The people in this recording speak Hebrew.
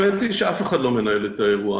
למען האמת אף אחד לא מנהל את האירוע.